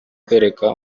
kwereka